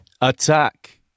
Attack